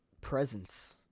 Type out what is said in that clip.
presence